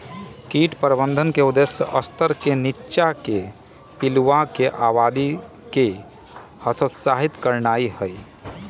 कीट प्रबंधन के उद्देश्य स्तर से नीच्चाके पिलुआके आबादी के हतोत्साहित करनाइ हइ